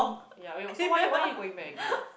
ya wait so why why you going back again